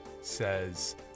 says